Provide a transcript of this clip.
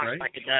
right